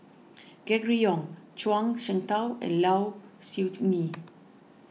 Gregory Yong Zhuang Shengtao and Low Siew Nghee